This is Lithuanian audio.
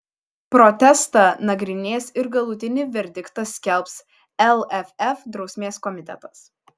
protestą nagrinės ir galutinį verdiktą skelbs lff drausmės komitetas